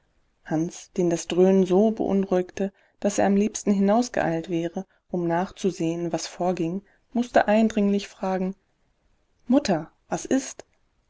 hans den das dröhnen so beunruhigte daß er am liebsten hinausgeeilt wäre um nachzusehen was vorging mußte eindringlich fragen mutter was ist